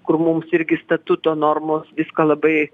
kur mums irgi statuto normos viską labai